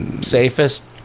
safest